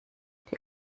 die